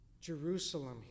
Jerusalem